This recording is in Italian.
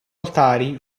altari